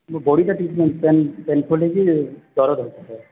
ମୋ ବଡିଟା ଟିକେ ପେନ୍ ଫୁଲ୍ ହେଇଛି ଜର ରହୁଛି ସାର୍